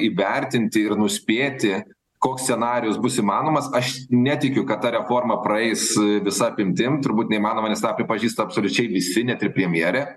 įvertinti ir nuspėti koks scenarijus bus įmanomas aš netikiu kad ta reforma praeis visa apimtim turbūt neįmanoma nes tą pripažįsta absoliučiai visi net ir premjerė